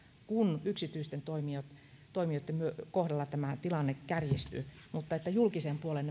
kun yksityisten toimijoitten toimijoitten kohdalla tämä tilanne kärjistyi mutta että julkisen puolen